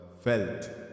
felt